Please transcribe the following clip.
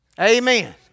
Amen